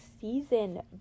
season